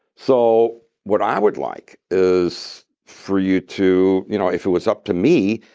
so what i would like is for you to, you know if it was up to me,